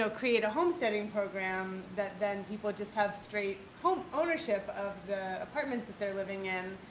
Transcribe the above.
so create a homesteading program that, then people just have straight home ownership of the apartments that they're living in.